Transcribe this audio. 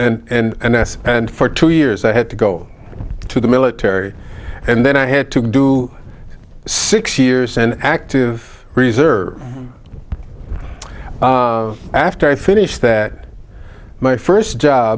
military and s and for two years i had to go to the military and then i had to do six years and active reserve after i finished that my first job